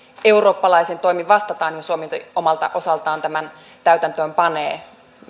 eurooppalaisin toimin vastataan ja suomi omalta osaltaan tämän täytäntöön panee